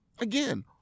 Again